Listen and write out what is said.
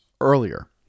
earlier